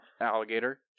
alligator